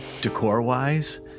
decor-wise